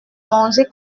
manger